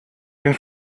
den